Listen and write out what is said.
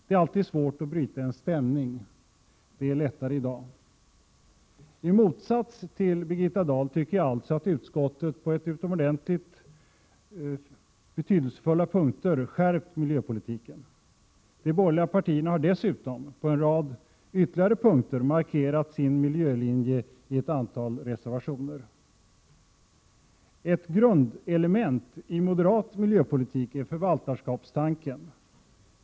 Det är alltid svårt att bryta en stämning. Det är lättare i dag. I motsats till Birgitta Dahl tycker jag alltså att utskottet på utomordentligt betydelsefulla punkter har skärpt miljöpolitiken. De borgerliga partierna har dessutom på en rad ytterligare punkter markerat sin miljölinje i ett antal reservationer. Ett grundelement i moderat miljöpolitik är förvaltarskapstanken.